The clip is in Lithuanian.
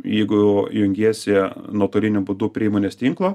jeigu jungiesi nuotoliniu būdu prie įmonės tinklo